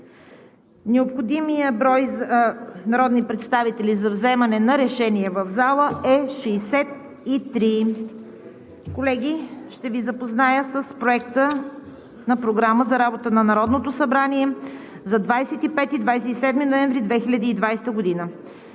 Необходимият брой народни представители за вземане на решение в зала е 63. Колеги, ще Ви запозная с Проекта за програма на Народното събрание за 25 – 27 ноември 2020 г.: „1.